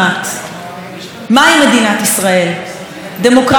דמוקרטיה ליברלית שלא הולכת ומחפשת את